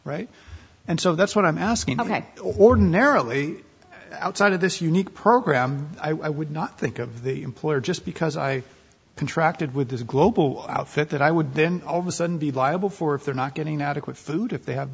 right and so that's what i'm asking ok ordinarily outside of this unique program i would not think of the employer just because i contracted with this global outfit that i would then all of a sudden be liable for if they're not getting adequate food if they have